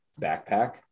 backpack